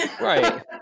right